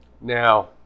Now